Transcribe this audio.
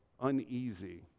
uneasy